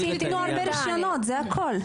רק תתנו הרבה רישיונות, זה הכל.